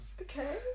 Okay